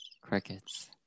Crickets